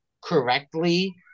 correctly